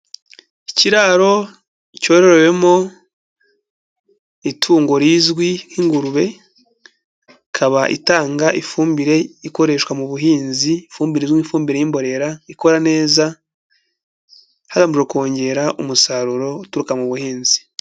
Ikiraro cyororewemo itungo rizwi nk'ingurube, ikaba itanga ifumbire ikoreshwa mu buhinzi, ifumbire izwi nk'ifumbire y'imborera ikora neza hagamijwe kongera umusaruro uturuka mu buhinzi.